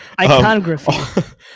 Iconography